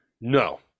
No